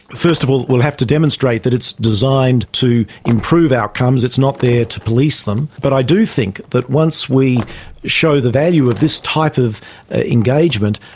first of all we'll have to demonstrate that it's designed to improve outcomes, it's not there to police them. but i do think that once we show the value of this type of engagement,